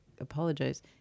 apologize